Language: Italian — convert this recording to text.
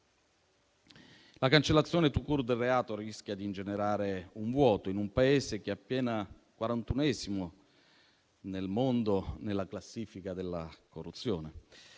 La cancellazione *tout court* del reato rischia di ingenerare un vuoto in un Paese che è appena quarantunesimo nel mondo nella classifica della corruzione,